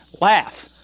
laugh